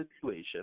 situation